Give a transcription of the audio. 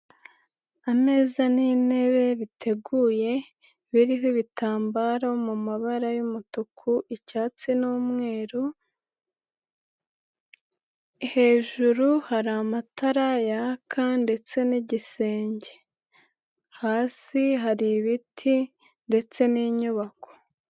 Ameza n'intebe biteguye, biriho ibitambaro mu mabara y'umutuku, icyatsi n'umweru, hejuru hari amatara yaka ndetse n'igisenge. Hasi hari ibiti ndetse n'inyubako.